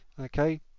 Okay